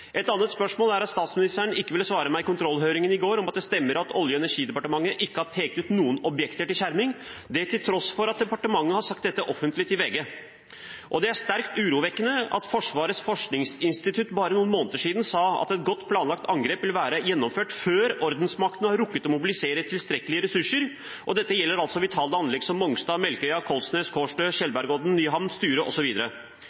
Et annet spørsmål er at statsministeren ikke ville svare meg i kontrollhøringen i går på om det stemmer at Olje- og energidepartementet ikke har pekt ut noen objekter til skjerming, til tross for at departementet har sagt dette offentlig til VG. Det er sterkt urovekkende at Forsvarets forskningsinstitutt bare for noen måneder siden sa: «Et godt planlagt angrep vil være gjennomført før ordensmakten har rukket å mobilisere tilstrekkelige ressurser.» Dette gjelder vitale anlegg som Mongstad, Melkøya, Kollsnes, Kårstø,